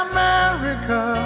America